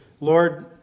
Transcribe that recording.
Lord